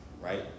right